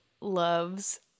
loves